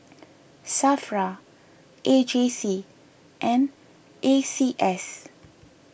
Safra A J C and A C S